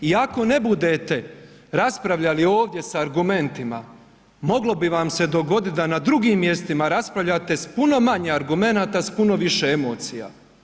I ako ne budete raspravljali ovdje s argumentima moglo bi vam se dogoditi da na drugim mjestima raspravljate s puno manje argumenata s puno više emocija.